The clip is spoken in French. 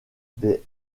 des